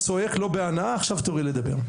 שמעתי אותך צועק לא בהנאה, עכשיו תורי לדבר.